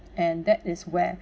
and that is where